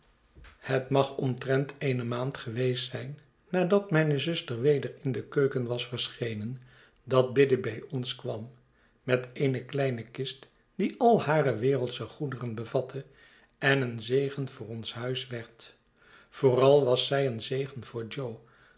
het mag omtrent eene maand geweest zijn nadat mijne zuster weder in de keuken was verschenen dat biddy bij ons kwam met eene kleine kist die al hare wereldsche goederen bevatte en een zegen voor ons huis werd vooral was zij een zegen voor jo